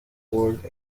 words